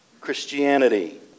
Christianity